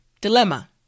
Dilemma